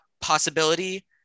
possibility